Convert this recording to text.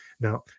Now